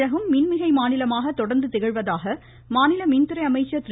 தமிழகம் மின்மிகை மாநிலமாக தொடர்ந்து திகழ்வதாக மாநில மின்துறை அமைச்சர் திரு